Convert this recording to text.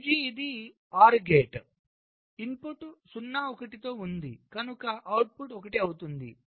LG ఇది OR gate input 0 1 తో ఉంది కనుక అవుట్పుట్ 1 అవుతుంది